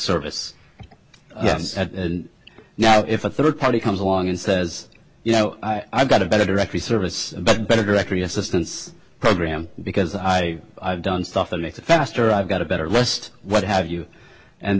service yes and now if a third party comes along and says you know i've got a better directory service but better directory assistance program because i have done stuff that makes it faster i've got a better list what have you and